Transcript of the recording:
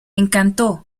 encantó